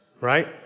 right